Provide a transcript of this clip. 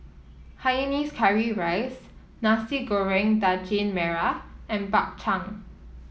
Hainanese Curry Rice Nasi Goreng Daging Merah and Bak Chang